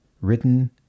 written